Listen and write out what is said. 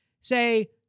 say